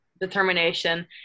determination